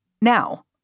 Now